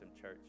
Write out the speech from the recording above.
Church